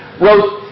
wrote